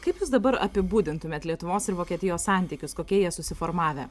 kaip jūs dabar apibūdintumėt lietuvos ir vokietijos santykius kokie jie susiformavę